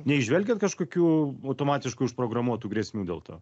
neįžvelgiat kažkokių automatiškai užprogramuotų grėsmių dėl to